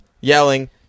yelling